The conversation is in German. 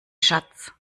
schatz